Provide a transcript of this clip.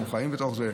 אנחנו חיים בתוך זה.